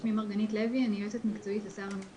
שמי מרגנית לוי ואני יועצת מקצועית לשר המשפטים.